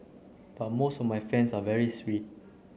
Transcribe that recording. but most of my fans are very sweet